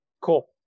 Cool